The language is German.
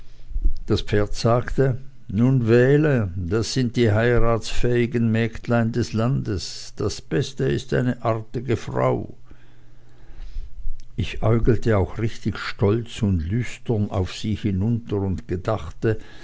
das pferd sagte nun wähle das sind die heiratsfähigen mägdlein des landes das beste ist eine artige frau ich äugelte auch richtig stolz und lüstern auf sie hinunter und gedachte